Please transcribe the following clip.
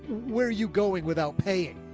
where are you going without paying?